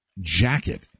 jacket